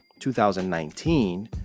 2019